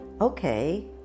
okay